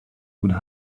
would